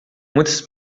muitas